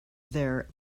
there